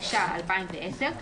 התש"ע 2010,